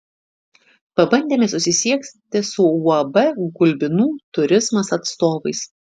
pabandėme susisiekti su uab gulbinų turizmas atstovais